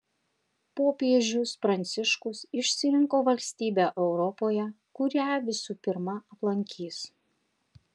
popiežius pranciškus išsirinko valstybę europoje kurią visų pirma aplankys